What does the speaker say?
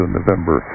november